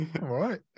right